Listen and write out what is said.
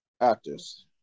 actors